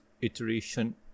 iteration